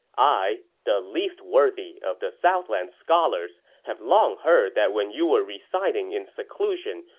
i, the least worthy of the southland's scholars, have long heard that when you were residing in seclusion,